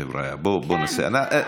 חבריא, בואו נעשה, כן.